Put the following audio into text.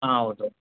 ಹಾಂ ಹೌದು